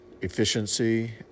efficiency